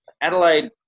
Adelaide